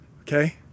Okay